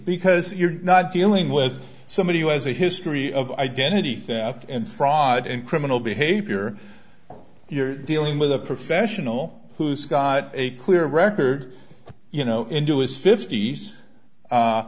because you're not dealing with somebody who has a history of identity theft and fraud and criminal behavior you're dealing with a professional who's got a clear record you know into his fift